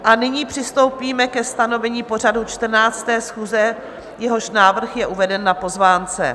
A nyní přistoupíme ke stanovení pořadu 14. schůze, jehož návrh je uveden na pozvánce.